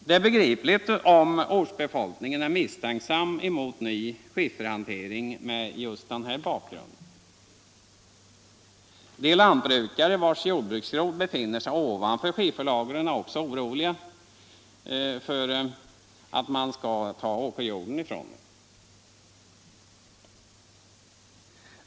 Det är begripligt om ortsbefolkningen mot denna bakgrund är misstänksam mot ny skifferhantering. De lantbrukare vars jordbruksjord befinner sig ovanför skifferlagren är också oroliga för att man skall ta åkerjorden ifrån dem.